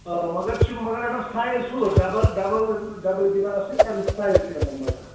آ مگر چھِ مگر یِمن سایِز سُے ڈَبل ڈَبل یِم ڈَبل گِلاس چھِ تَمیُک سایِز چھُ یِمن مگر